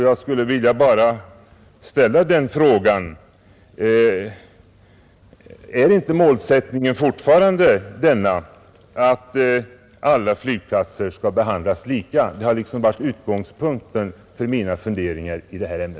Jag skulle bara vilja ställa frågan: Är inte målsättningen fortfarande den att alla flygplatser skall behandlas lika? Det har varit utgångspunkten för mina funderingar i detta ämne.